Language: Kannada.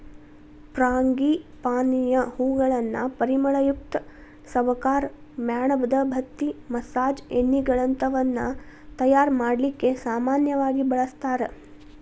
ಫ್ರಾಂಗಿಪಾನಿಯ ಹೂಗಳನ್ನ ಪರಿಮಳಯುಕ್ತ ಸಬಕಾರ್, ಮ್ಯಾಣದಬತ್ತಿ, ಮಸಾಜ್ ಎಣ್ಣೆಗಳಂತವನ್ನ ತಯಾರ್ ಮಾಡ್ಲಿಕ್ಕೆ ಸಾಮನ್ಯವಾಗಿ ಬಳಸ್ತಾರ